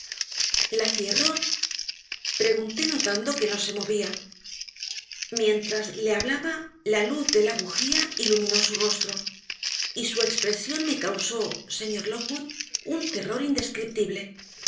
la cierro pregunté notando que no se movía mientras le hablaba la luz de la bujía iluminó su rostro y su expresión me causó señor lockwood un terror indescriptible